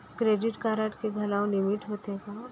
Credit card के घलव limit होथे का?